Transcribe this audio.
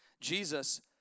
Jesus